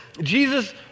Jesus